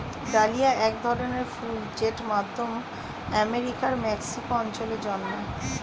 dahlia এক ধরনের ফুল জেট মধ্য আমেরিকার মেক্সিকো অঞ্চলে জন্মায়